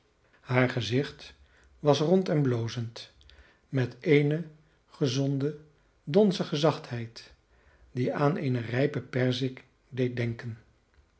haar gezicht was rond en blozend met eene gezonde donzige zachtheid die aan eene rijpe perzik deed denken